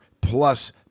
plus